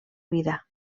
vida